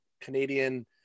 Canadian